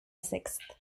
sixth